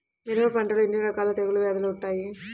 మిరప పంటలో ఎన్ని రకాల తెగులు వ్యాధులు వుంటాయి?